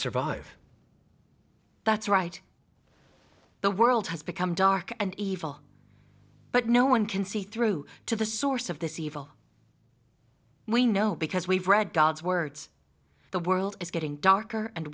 survive that's right the world has become dark and evil but no one can see through to the source of this evil we know because we've read god's words the world is getting darker and